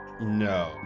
No